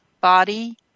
body